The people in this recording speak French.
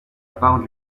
part